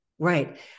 Right